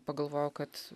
pagalvojau kad